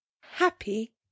Happy